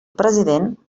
president